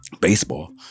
baseball